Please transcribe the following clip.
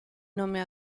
nome